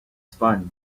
sponge